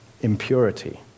impurity